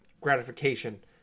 gratification